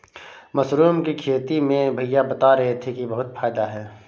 mushroom की खेती में भैया बता रहे थे कि बहुत फायदा है